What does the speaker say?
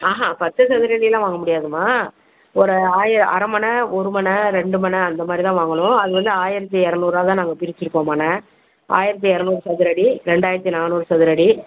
ஆஹா பத்து சதுரடியெலாம் வாங்க முடியாதுமா ஒரு ஆய அரை மனை ஒரு மனை ரெண்டு மனை அந்த மாதிரி தான் வாங்கணும் அது வந்து ஆயிரத்தி இரநூறுவா தான் நாங்கள் பிரிச்சுருக்கோம் மனை ஆயிரத்தி இரநூறு சதுரடி ரெண்டாயிரத்தி நானூறு சதுரடி